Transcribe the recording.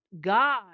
God